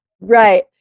right